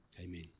Amen